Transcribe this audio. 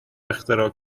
اختراع